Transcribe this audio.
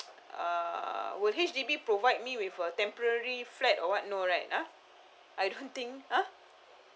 uh would H_D_B provide me with a temporary flat or what no right uh I don't think uh